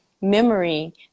memory